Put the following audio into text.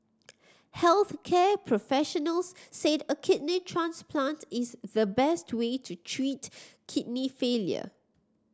health care professionals said a kidney transplant is the best way to treat kidney failure